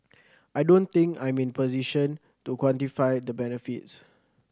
I don't think I'm in position to quantify the benefits